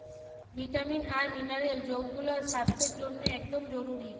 vitamin আর mineral যৌগুলা স্বাস্থ্যের জন্যে একদম জরুরি